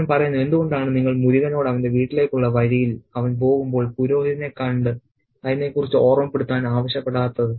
അവൻ പറയുന്നു എന്തുകൊണ്ടാണ് നിങ്ങൾ മുരുകനോട് അവന്റെ വീട്ടിലേക്കുള്ള വഴിയിൽ അവൻ പോകുമ്പോൾ പുരോഹിതനെ കണ്ട് അതിനെക്കുറിച്ച് ഓർമ്മപ്പെടുത്താൻ ആവശ്യപ്പെടാത്തത്